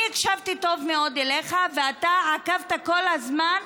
אני הקשבתי טוב מאוד אליך, ואתה עקבת כל הזמן.